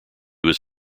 was